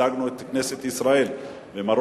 ייצגנו את כנסת ישראל במרוקו,